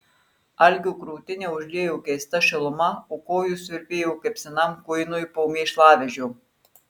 algio krūtinę užliejo keista šiluma o kojos virpėjo kaip senam kuinui po mėšlavežio